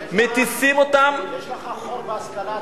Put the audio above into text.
יש לך חור בהשכלה,